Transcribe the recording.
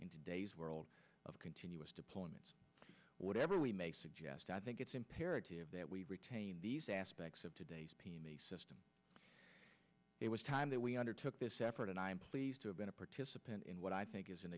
in today's world of continuous deployments whatever we may suggest i think it's imperative that we retain these aspects of today's system it was time that we undertook this effort and i'm pleased to have been a participant in what i think is an